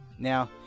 Now